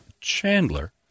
Chandler